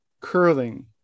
curling